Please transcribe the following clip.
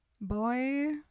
boy